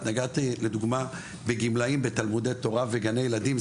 את נגעת לדוגמה בגמלאים בתלמודי תורה וגני ילדים,